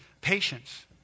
patience